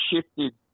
shifted